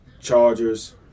Chargers